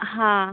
हां